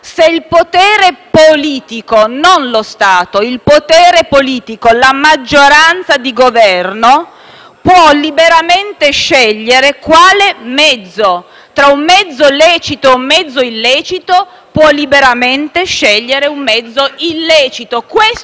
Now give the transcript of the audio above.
È un salto che non c'è mai stato in quest'Aula. Io non so se sarà un precedente, ma certamente sarà un momento importante per la nostra democrazia. Il punto è che è stato sempre rivendicato con una diversa spavalderia e una diversa animosità